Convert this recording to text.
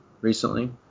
recently